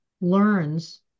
learns